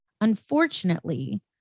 Unfortunately